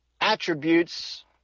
attributes